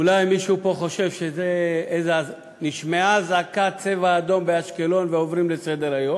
אולי מישהו פה חושב שנשמעה אזעקת "צבע אדום" באשקלון ועוברים לסדר-היום.